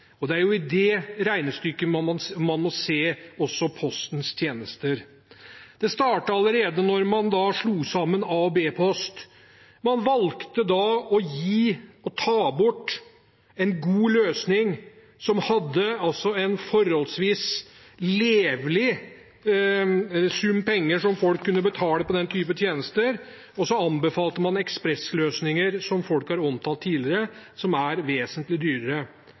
Og det er i det regnestykket man må se også Postens tjenester. Det startet allerede da man slo sammen A- og B-post. Man valgte da å ta bort en god løsning – for en forholdsvis levelig sum penger kunne folk betale for den typen tjenester – og så anbefalte man ekspressløsninger, som man har omtalt tidligere, som er vesentlig dyrere.